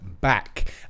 back